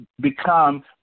become